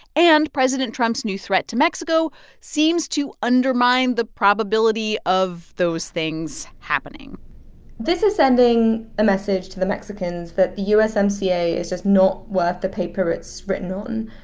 and president trump's new threat to mexico mexico seems to undermine the probability of those things happening this is sending a message to the mexicans that the usmca is just not worth the paper it's written on.